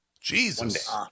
jesus